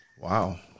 Wow